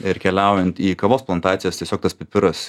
ir keliaujant į kavos plantacijas tiesiog tas pipiras